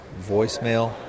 voicemail